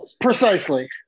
Precisely